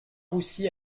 roussy